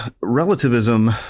relativism